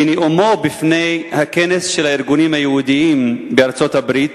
בנאומו בפני הכנס של הארגונים היהודיים בארצות-הברית